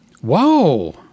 Whoa